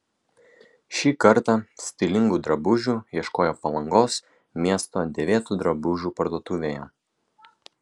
šį kartą stilingų drabužių ieškojo palangos miesto dėvėtų drabužių parduotuvėje